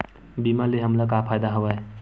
बीमा ले हमला का फ़ायदा हवय?